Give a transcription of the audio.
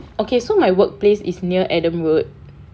okay so my workplace is near adam road